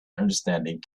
understanding